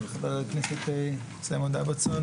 חבר הכנסת סימון דוידסון